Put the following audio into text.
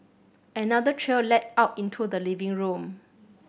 another trail led out into the living room